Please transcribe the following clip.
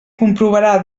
comprovarà